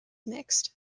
mixed